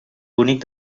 bonic